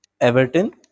Everton